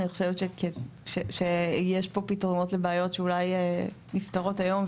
אני חושבת שאולי יש פה פתרונות לבעיות שעולות היום,